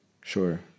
sure